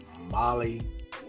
molly